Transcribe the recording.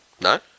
No